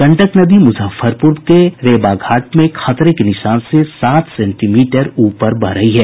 गंडक नदी मुजफ्फरपुर जिले के रेवा घाट में खतरे के निशान से सात सेंटीमीटर ऊपर बह रही है